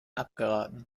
abgeraten